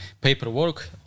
paperwork